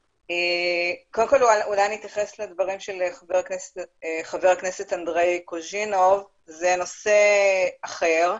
אני אתייחס לדברים של חבר הכנסת אנדרי קוז'ינוב - זה נושא אחר,